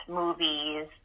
movies